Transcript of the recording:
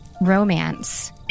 romance